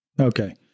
Okay